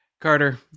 Carter